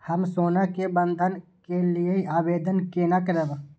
हम सोना के बंधन के लियै आवेदन केना करब?